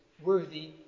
worthy